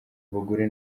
abagore